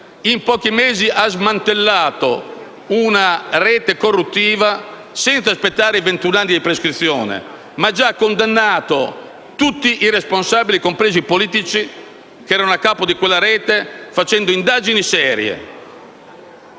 in pochi mesi ha smantellato una rete corruttiva senza aspettare i ventun anni della prescrizione; ha già condannato tutti i responsabili compresi i politici che erano a capo di quella rete (facendo indagini serie,